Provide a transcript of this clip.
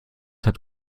hat